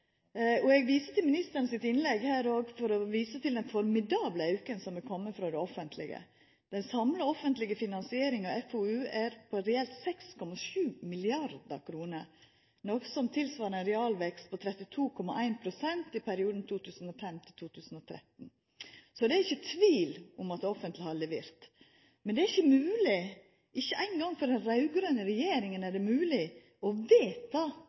og eg viser til ministeren sitt innlegg og den formidable auken som er komen frå det offentlege. Den samla offentlege finansieringa av FoU er på reelt 6,7 mrd. kr, noko som svarar til ein realvekst på 32,1 pst. i perioden 2005–2013. Så det er ikkje tvil om at det offentlege har levert. Men det er ikkje mogleg – ikkje eingong for den raud-grøne regjeringa – å vedta